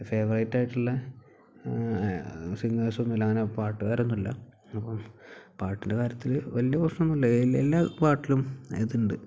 favourite ആയിട്ടുള്ള singers ഒന്നും ഇല്ല അങ്ങനെ പാട്ടുകാരൊന്നുമില്ല അപ്പം പാട്ടിൻ്റെ കാര്യത്തിൽ വലിയ പ്രശ്നമൊന്നുമില്ല എല്ലാ എല്ലാ പാട്ടിലും ഇതുണ്ട്